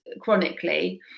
chronically